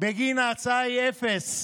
בגין ההצעה היא אפס,